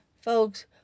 Folks